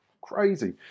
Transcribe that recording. Crazy